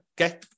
Okay